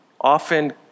often